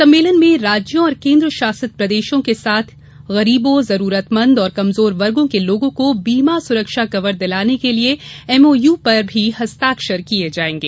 सम्मेलन में राज्यों और केन्द्र शासित प्रदेशों के साथ गरीबों जरूरतमंद और कमजोर वर्गों के लोगों को बीमा सुरक्षा कवर दिलाने के लिये एमओयू भी हस्ताक्षरित होंगे